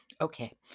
Okay